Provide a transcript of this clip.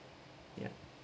yeah